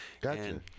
Gotcha